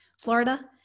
Florida